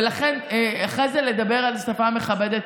ולכן אחרי זה לדבר על שפה מכבדת